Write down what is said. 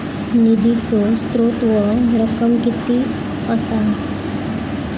निधीचो स्त्रोत व रक्कम कीती असा?